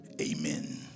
Amen